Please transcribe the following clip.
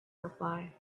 reply